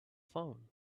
phone